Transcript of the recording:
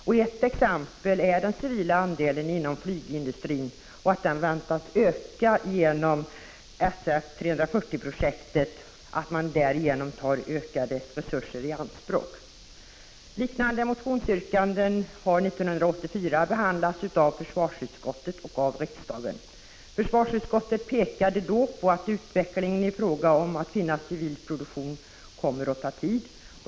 Som exempel kan nämnas att den civila andelen inom flygindustrin väntas öka genom att SF 340-projektet tar ytterligare resurser i anspråk. Liknande motionsyrkanden behandlades år 1984 av försvarsutskottet och riksdagen. Försvarsutskottet pekade då på att utvecklingsarbetet när det gäller att finna en civil produktion kommer att ta tid.